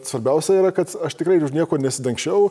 svarbiausia yra kad aš tikrai niekuo nesidangsčiau